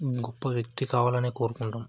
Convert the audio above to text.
గొప్ప వ్యక్తి కావాలనే కోరుకుంటాం